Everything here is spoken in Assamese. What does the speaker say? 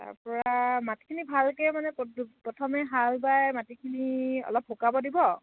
তাৰপৰা মাটিখিনি ভালকৈ মানে পদ প্ৰথমে হাল বাই মাটিখিনি অলপ শুকাব দিব